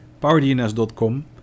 PowerDNS.com